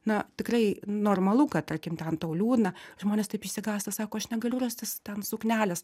na tikrai normalu kad tarkim ten tau liūdna žmonės taip išsigąsta sako aš negaliu rastis ten suknelės